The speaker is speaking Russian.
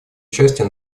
участия